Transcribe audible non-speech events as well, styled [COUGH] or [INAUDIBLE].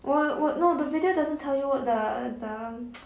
why why no the video doesn't tell you the the um [NOISE]